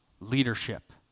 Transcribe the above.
Leadership